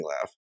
laugh